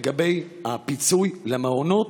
לגבי הפיצוי למעונות?